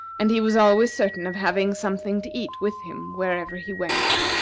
and he was always certain of having something to eat with him wherever he went.